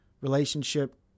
relationship